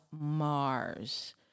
Mars